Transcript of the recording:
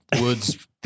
woods